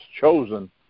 chosen